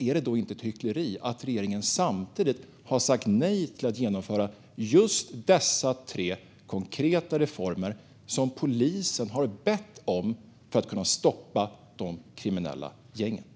Är det då inte ett hyckleri att regeringen samtidigt säger nej till att genomföra just dessa tre konkreta reformer som polisen har bett om för att kunna stoppa de kriminella gängen?